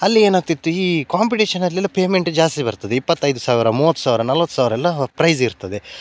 ಅಲ್ಲಿ ಏನಾಗ್ತಿತ್ತು ಈ ಕಾಂಪಿಟೇಷನಲ್ಲೆಲ್ಲ ಪೇಮೆಂಟ್ ಜಾಸ್ತಿ ಬರ್ತದೆ ಇಪ್ಪತ್ತೈದು ಸಾವಿರ ಮೂವತ್ತು ಸಾವಿರ ನಲ್ವತ್ತು ಸಾವಿರ ಎಲ್ಲ ಪ್ರೈಝ್ ಇರ್ತದೆ